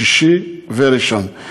שישי וראשון.